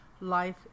life